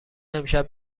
امشب